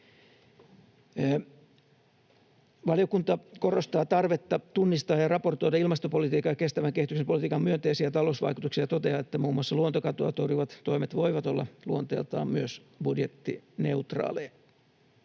Valiokunta korostaa tarvetta tunnistaa ja raportoida ilmastopolitiikan ja kestävän kehityksen politiikan myönteisiä talousvaikutuksia ja toteaa, että muun muassa luontokatoa torjuvat toimet voivat olla luonteeltaan myös budjettineutraaleja.